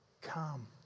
Come